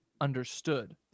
understood